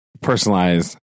personalized